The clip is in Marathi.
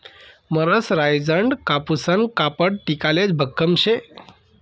मरसराईजडं कापूसनं कापड टिकाले भक्कम शे